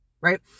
Right